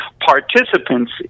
participants